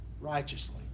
righteously